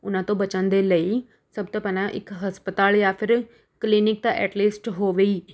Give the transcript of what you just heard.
ਉਹਨਾਂ ਤੋਂ ਬਚਣ ਦੇ ਲਈ ਸਭ ਤੋਂ ਪਹਿਲਾਂ ਇੱਕ ਹਸਪਤਾਲ ਜਾਂ ਫਿਰ ਕਲੀਨਿਕ ਤਾਂ ਐਟਲੀਸਟ ਹੋਵੇ ਹੀ